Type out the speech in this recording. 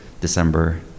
december